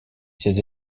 ses